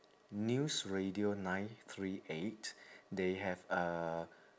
news radio nine three eight they have uh